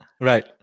Right